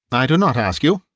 i do not ask you,